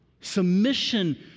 Submission